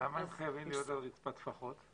למה הם חייבים להיות על רצפת טפחות?